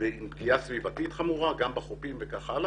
עם פגיעה סביבתית חמורה גם בחופים וכך הלאה,